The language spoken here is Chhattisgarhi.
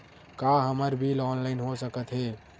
का हमर बिल ऑनलाइन हो सकत हे?